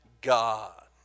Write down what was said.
God